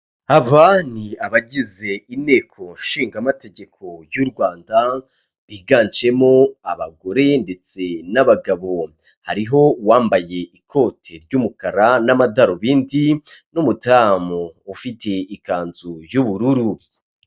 Aba ni abagize inteko nshingamategeko y'uRwanda biganjemo abagore ndetse n'abagabo, hariho uwambaye ikoti ry'umukara n'amadarubindi, n'umudamu ufite ikanzu y'ubururu.